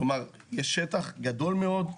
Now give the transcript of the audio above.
כלומר, יש שטח גדול מאוד,